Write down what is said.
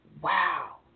Wow